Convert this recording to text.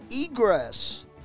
egress